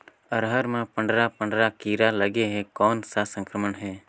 अरहर मे पंडरा पंडरा कीरा लगे हे कौन सा संक्रमण हे?